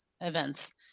events